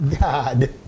God